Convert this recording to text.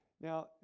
Now